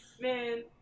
Man